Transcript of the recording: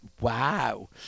Wow